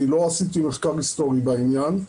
אני לא עשיתי מחקר היסטורי בעניין.